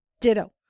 Ditto